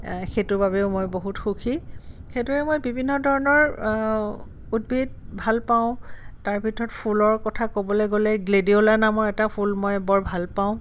সেইটো বাবেও মই বহুত সুখী সেইটোৱে মই বিভিন্ন ধৰণৰ উদ্ভিদ ভাল পাওঁ তাৰ ভিতৰত ফুলৰ কথা ক'বলৈ গ'লে গ্লেডিঅলা নামৰ এটা ফুল মই বৰ ভাল পাওঁ